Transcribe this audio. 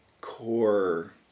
core